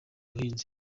buhinzi